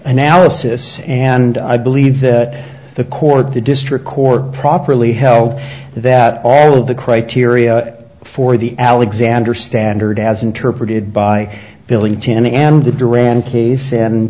analysis and i believe that the court the district court properly held that all of the criteria for the alexander standard as interpreted by building